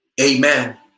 amen